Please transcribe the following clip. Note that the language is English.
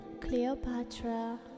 Cleopatra